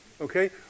okay